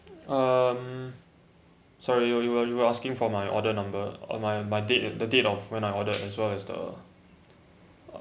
um sorry you were you were you were asking for my order number uh my my date the date of when I order as well as the